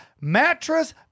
mattress